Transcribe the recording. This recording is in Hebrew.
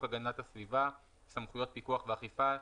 הגנת הסביבה (סמכויות פיקוח ואכיפה),